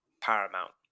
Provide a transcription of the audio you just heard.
paramount